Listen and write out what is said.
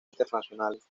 internacionales